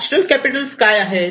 natural capital काय आहेत